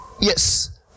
yes